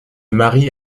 marie